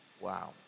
Wow